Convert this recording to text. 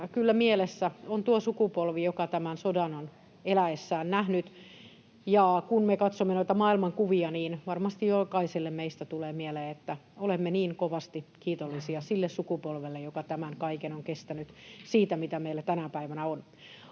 mielessä on tuo sukupolvi, joka tämän sodan on eläessään nähnyt, ja kun me katsomme noita maailman kuvia, niin varmasti jokaiselle meistä tulee mieleen, että olemme niin kovasti kiitollisia sille sukupolvelle, joka tämän kaiken on kestänyt, siitä, mitä meillä tänä päivänä on.